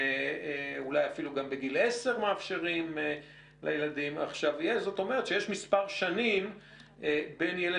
ואולי אפילו בגיל 10. זאת אומרת שיש מספר שנים בין ילד